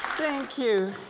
thank you.